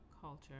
culture